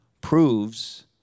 proves